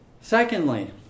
secondly